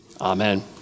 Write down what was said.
Amen